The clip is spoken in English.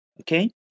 okay